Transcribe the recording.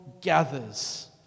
gathers